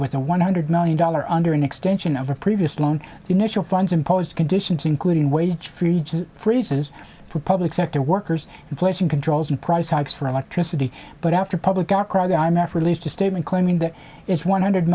with a one hundred million dollars under an extension of a previous loan the initial funds imposed conditions including wage freezes for public sector workers inflation controls and price hikes for electricity but after public outcry the i m f released a statement claiming that its one hundred